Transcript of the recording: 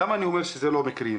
למה אני אומר שזה לא מקרי?